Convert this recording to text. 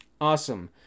Awesome